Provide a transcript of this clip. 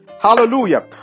Hallelujah